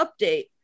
update